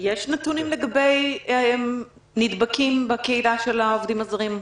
יש נתונים לגבי הנדבקים בקהילה של העובדים הזרים?